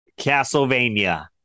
castlevania